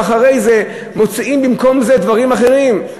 ואחרי זה מוציאים במקום זה דברים אחרים.